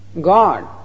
God